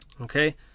okay